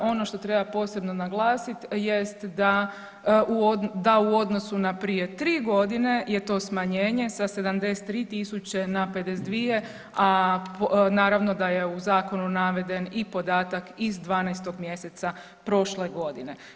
Ono što treba posebno naglasiti jest da u odnosu na prije 3 godine je to smanjenje sa 73.000 na 52.000, a naravno da je u zakonu naveden i podatak iz 12. mjeseca prošle godine.